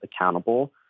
accountable